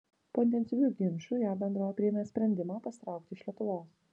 po intensyvių ginčų jav bendrovė priėmė sprendimą pasitraukti iš lietuvos